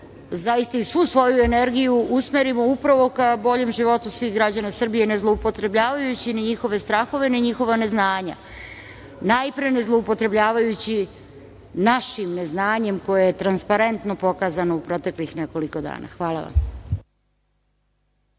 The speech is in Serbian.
zaista i svu svoju energiju usmerimo upravo ka boljem životu svih građana Srbije, ne zloupotrebljavajući ni njihove strahove, ni njihova ne znanja. Najpre, ne zloupotrebljavajući našim neznanjem koje je transparentno pokazano u proteklih nekoliko dana. Hvala vam.